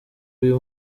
uyu